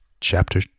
Chapter